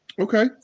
okay